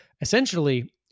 essentially